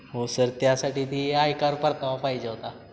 हो सर त्यासाठी ती आयकर परतावा पाहिजे होता